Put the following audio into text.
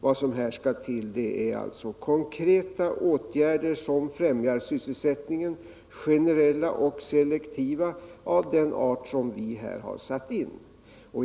Vad som här skall till är konkreta åtgärder som främjar sysselsättningen, generella och selektiva av den art som vi här satt in.